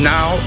Now